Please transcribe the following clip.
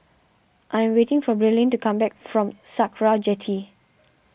I am waiting for Brynlee to come back from Sakra Jetty